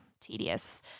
tedious